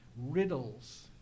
riddles